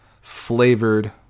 Flavored